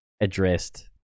addressed